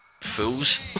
fools